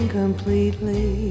completely